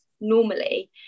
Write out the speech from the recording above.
normally